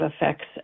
effects